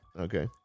Okay